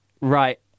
right